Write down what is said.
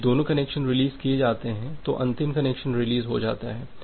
इसलिए जब दोनों कनेक्शन रिलीज़ किए जातें हैं तो अंतिम कनेक्शन रिलीज़ हो जाता है